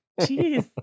Jeez